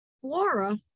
flora